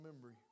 memory